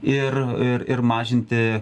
ir ir mažinti